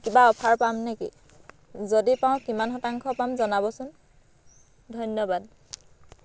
কিবা অফাৰ পাম নেকি যদি পাওঁ কিমান শতাংশ পাম জনাবচোন ধন্যবাদ